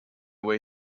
way